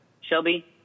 Shelby